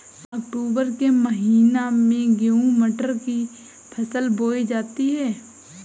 अक्टूबर के महीना में गेहूँ मटर की फसल बोई जाती है